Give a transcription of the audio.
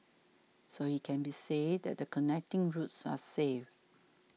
so it can be said that the connecting routes are safe